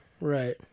Right